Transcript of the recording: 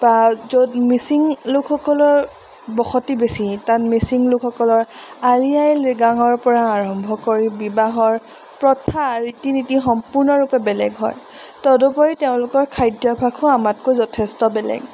বা য'ত মিচিং লোকসকলৰ বসতি বেছি তাত মিচিং লোকসকলৰ আলি আই লিগাঙৰপৰা আৰম্ভ কৰি বিবাহৰ প্ৰথা ৰীতি নীতি সম্পূৰ্ণৰূপে বেলেগ হয় তদুপৰি তেওঁলোকৰ খাদ্যভাসো আমাতকৈ যথেষ্ট বেলেগ